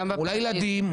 מול הילדים,